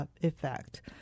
effect